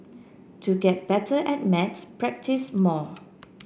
to get better at maths practise more